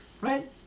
Right